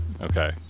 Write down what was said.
Okay